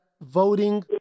voting